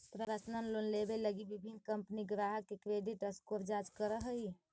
personal loan देवे लगी विभिन्न कंपनि ग्राहक के क्रेडिट स्कोर जांच करऽ हइ